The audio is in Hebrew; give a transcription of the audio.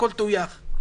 הכול טויח.